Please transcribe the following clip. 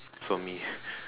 for me